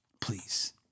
please